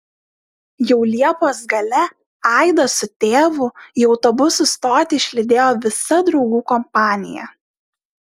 jau liepos gale aidą su tėvu į autobusų stotį išlydėjo visa draugų kompanija